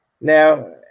Now